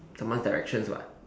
someone's directions [what]